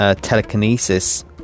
telekinesis